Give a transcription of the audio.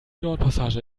nordpassage